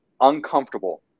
uncomfortable